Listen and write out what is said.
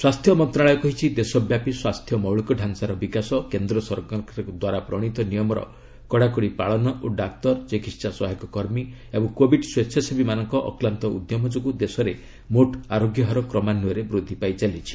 ସ୍ୱାସ୍ଥ୍ୟ ମନ୍ତ୍ରଣାଳୟ କହିଛି ଦେଶବ୍ୟାପୀ ସ୍ୱାସ୍ଥ୍ୟ ମୌଳିକତାଞ୍ଚାର ବିକାଶ କେନ୍ଦ ସରକାରଙ୍କଦ୍ୱାରା ପ୍ରଣୀତ ନିୟମର କଡ଼ାକଡ଼ି ପାଳନ ଓ ଡାକ୍ତର ଚିକିତ୍ସା ସହାୟକ କର୍ମୀ ଏବଂ କୋବିଡ୍ ସ୍ୱେଚ୍ଛାସେବୀମାନଙ୍କ ଅକ୍ଲାନ୍ତ ଉଦ୍ୟମ ଯୋଗୁଁ ଦେଶରେ ମୋଟ୍ ଆରୋଗ୍ୟ ହାର କ୍ରମାନ୍ୱୟରେ ବୃଦ୍ଧି ପାଇଚାଲିଛି